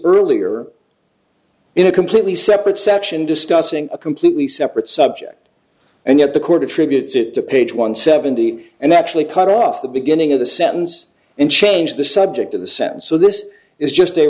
earlier in a completely separate section discussing a completely separate subject and yet the court attributes it to page one seventy and actually cut off the beginning of the sentence and change the subject of the sentence so this is just a